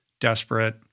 desperate